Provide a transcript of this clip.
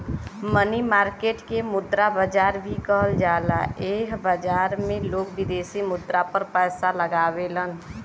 मनी market के मुद्रा बाजार भी कहल जाला एह बाजार में लोग विदेशी मुद्रा पर पैसा लगावेलन